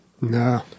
no